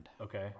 Okay